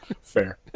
Fair